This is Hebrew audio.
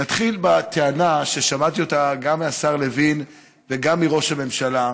נתחיל בטענה ששמעתי גם מהשר לוין וגם מראש הממשלה,